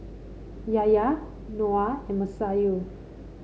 Yahya Noah and Masayu